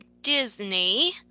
Disney